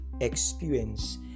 experience